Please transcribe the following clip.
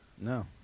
No